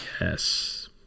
Yes